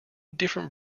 different